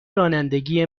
رانندگی